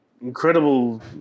incredible